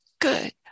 good